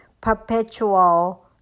perpetual